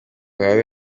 habe